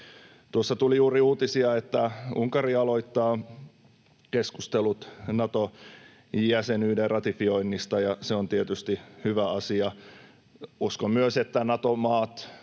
Tuossa tuli juuri uutisia, että Unkari aloittaa keskustelut Nato-jäsenyyden ratifioinnista, ja se on tietysti hyvä asia. Uskon myös, että Nato-maat